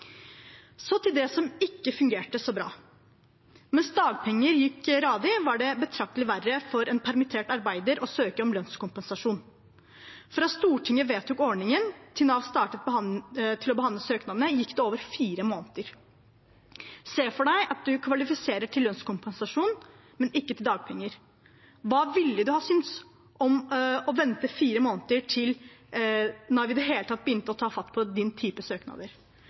Så til det som ikke fungerte så bra. Mens dagpenger gikk radig, var det betraktelig verre for en permittert arbeider å søke om lønnskompensasjon. Fra Stortinget vedtok ordningen til Nav startet å behandle søknadene, gikk det over fire måneder. Man kan se for seg at man kvalifiserer til lønnskompensasjon, men ikke til dagpenger. Hva ville man ha syntes om å vente fire måneder til Nav i det hele tatt begynte å ta fatt på den type